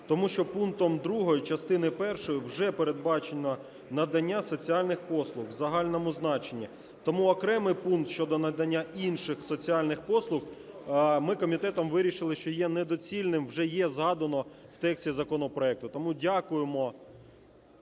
Тому що пунктом 32 частини першої вже передбачено надання соціальних послуг в загальному значенні, тому окремий пункт щодо надання інших соціальних послуг ми комітетом вирішили, що є недоцільним, вже є згадано в тексті законопроекту. Тому дякуємо.